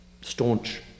staunch